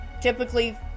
typically